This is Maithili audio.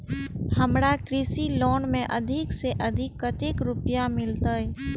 हमरा कृषि लोन में अधिक से अधिक कतेक रुपया मिलते?